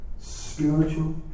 spiritual